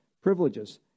privileges